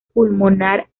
pulmonar